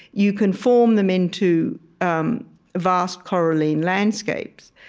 you can form them into um vast coralean landscapes.